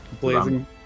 Blazing